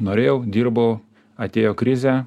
norėjau dirbau atėjo krizė